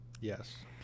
Yes